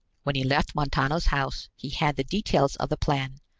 when he left montano's house, he had the details of the plan,